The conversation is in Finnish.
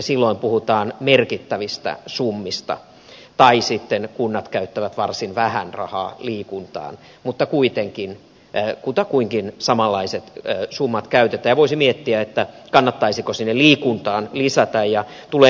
silloin puhutaan merkittävistä summista tai sitten kunnat käyttävät varsin vähän rahaa liikuntaan mutta kuitenkin kuta kuinkin samanlaiset summat käytetään ja voisi miettiä kannattaisiko sinne liikuntaan lisätä